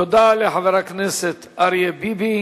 תודה לחבר הכנסת אריה ביבי.